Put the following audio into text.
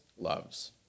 loves